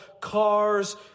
cars